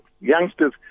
youngsters